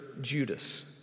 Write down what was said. Judas